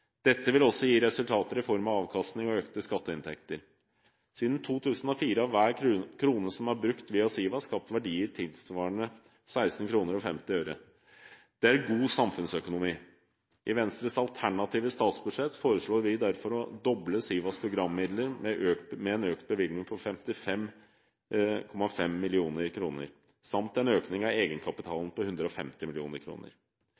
Dette vil også gi resultater i form av avkastning og økte skatteinntekter. Siden 2004 har hver krone som er brukt via SIVA, skapt verdier tilsvarende 16,5 kr. Det er god samfunnsøkonomi. I Venstres alternative statsbudsjett foreslår vi derfor å doble SIVAs programmidler med en økt bevilgning på 55,5 mill. kr samt en økning av